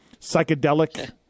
psychedelic